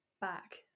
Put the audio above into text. back